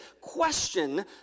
question